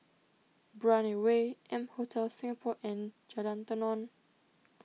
Brani Way M Hotel Singapore and Jalan Tenon